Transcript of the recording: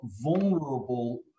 vulnerable